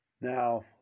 Now